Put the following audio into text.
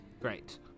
Great